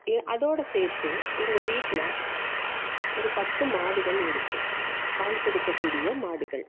அதோட சேர்த்து எங்கள் வீட்டில் ஒரு பத்து மாடுகள் இருக்குது பால் கொடுக்கக்கூடிய மாடுகள்